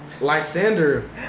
Lysander